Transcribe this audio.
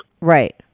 Right